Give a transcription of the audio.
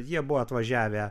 jie buvo atvažiavę